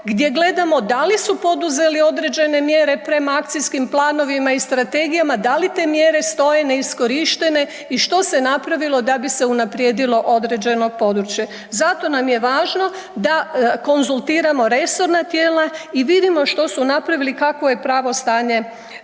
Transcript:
gdje gledamo da li su poduzeli određene mjere prema akcijskim planovima i strategijama, da li te mjere stoje neiskorištene i što se je napravilo da bi se unaprijedilo određeno područje. Zato nam je važno da konzultiramo resorna tijela i vidimo što su napravili kakvo je pravo stanje stvari.